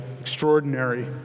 extraordinary